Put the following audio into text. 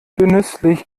genüsslich